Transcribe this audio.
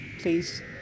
Please